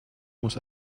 muss